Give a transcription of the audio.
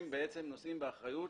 הם בעצם נושאים באחריות,